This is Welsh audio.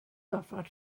gorfod